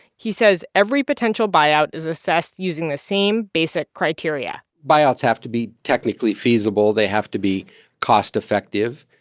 he says every potential buyout is assessed using the same basic criteria buyouts have to be technically feasible. they have to be cost-effective.